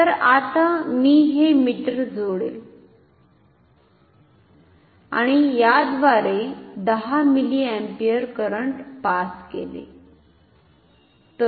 तर आता मी हे मीटर जोडले आणि याद्वारे 10 मिलीअपीयर करंट पास केले तर